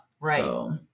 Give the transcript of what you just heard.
Right